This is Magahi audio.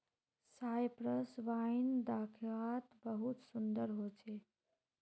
सायप्रस वाइन दाख्वात बहुत सुन्दर होचे